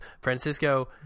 Francisco